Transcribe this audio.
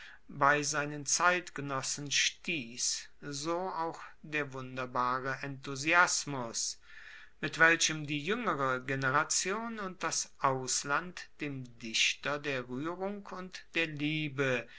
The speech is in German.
bei seinen zeitgenossen stiess so auch der wunderbare enthusiasmus mit welchem die juengere generation und das ausland dem dichter der ruehrung und der liebe